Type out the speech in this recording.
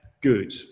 good